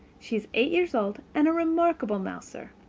she is eight years old, and a remarkable mouser.